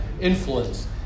influence